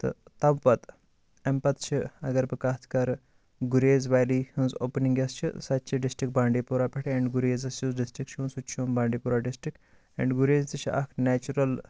تہٕ توپتہٕ اَمہِ پتہٕ چھِ اگر بہٕ کَتھ کرٕ گُریز ویلی ہٕنٛز اوپنِگ یَس چھِ سَہ تہِ چھِ ڈسٹرک بانٛڈی پورا پٮ۪ٹھ اینٛڈ گُریزس یُس ڈسٹرک چھُ یِوان سُہ تہِ چھُ یِوان Bandipora district end Gurez تہِ چھِ اکھ نٮ۪چرل